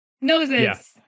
noses